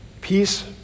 peace